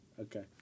okay